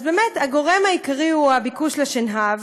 הגורם העיקרי הוא הביקוש לשנהב.